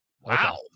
Wow